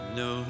no